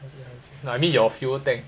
no I mean your fuel tank